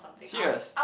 serious